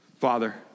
Father